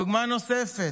דוגמה נוספת,